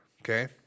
okay